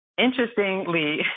Interestingly